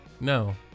No